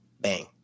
Bang